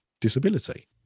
disability